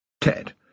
Ted